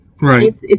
Right